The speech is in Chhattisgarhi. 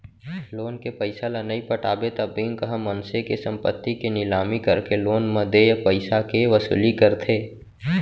लोन के पइसा ल नइ पटाबे त बेंक ह मनसे के संपत्ति के निलामी करके लोन म देय पइसाके वसूली करथे